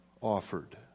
offered